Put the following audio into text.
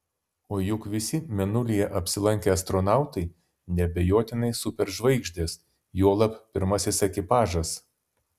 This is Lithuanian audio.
o juk visi mėnulyje apsilankę astronautai neabejotinai superžvaigždės juolab pirmasis ekipažas